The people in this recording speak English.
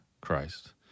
Christ